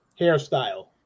hairstyle